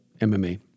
MMA